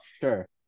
sure